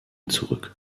zurück